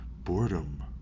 boredom